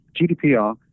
GDPR